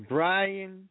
Brian